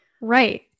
Right